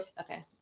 okay